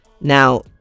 Now